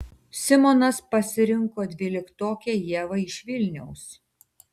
simonas pasirinko dvyliktokę ievą iš vilniaus